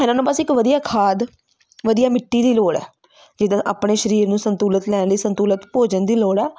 ਇਹਨਾਂ ਨੂੰ ਬਸ ਇੱਕ ਵਧੀਆ ਖਾਦ ਵਧੀਆ ਮਿੱਟੀ ਦੀ ਲੋੜ ਹੈ ਜਿੱਦਾਂ ਆਪਣੇ ਸਰੀਰ ਨੂੰ ਸੰਤੁਲਿਤ ਲੈਣ ਲਈ ਸੰਤੁਲਿਤ ਭੋਜਨ ਦੀ ਲੋੜ ਆ